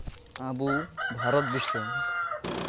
ᱟᱵᱚ ᱵᱷᱟᱨᱚᱛ ᱫᱤᱥᱟᱹᱢ